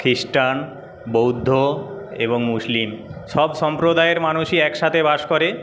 খ্রিস্টান বৌদ্ধ এবং মুসলিম সব সম্প্রদায়ের মানুষই একসাথে বাস করে